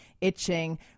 itching